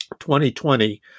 2020